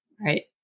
Right